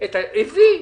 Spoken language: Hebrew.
הביא.